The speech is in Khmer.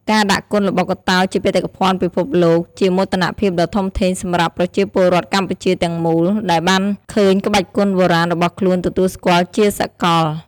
ការដាក់គុនល្បុក្កតោជាបេតិកភណ្ឌពិភពលោក ជាមោទនភាពដ៏ធំធេងសម្រាប់ប្រជាពលរដ្ឋកម្ពុជាទាំងមូល ដែលបានឃើញក្បាច់គុនបុរាណរបស់ខ្លួនទទួលស្គាល់ជាសាកល។